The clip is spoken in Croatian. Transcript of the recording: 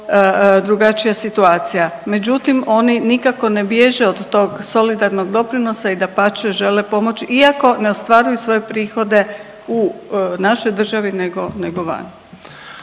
drugačija situacija. Međutim oni nikako ne bježe od tog solidarnog doprinosa i dapače žele pomoći iako ne ostvaruju svoje prihode u našoj državi nego vani.